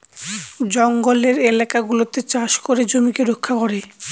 জঙ্গলের এলাকা গুলাতে চাষ করে জমিকে রক্ষা করে